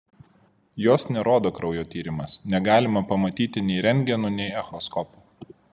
jos nerodo kraujo tyrimas negalima pamatyti nei rentgenu nei echoskopu